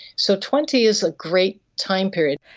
so twenty is a great time period.